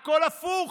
הכול הפוך.